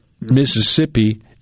Mississippi